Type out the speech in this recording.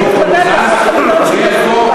אתה עוד מתלבט איך אתם לא שותפים בה.